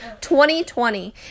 2020